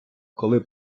коли